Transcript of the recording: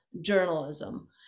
journalism